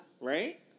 Right